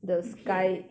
一片